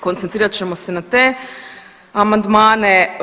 Koncentrirat ćemo se na te amandmane.